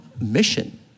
mission